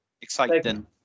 Exciting